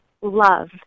love